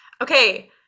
okay